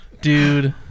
Dude